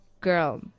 girl